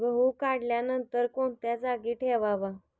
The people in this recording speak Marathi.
गहू काढल्यानंतर कोणत्या जागी ठेवावा?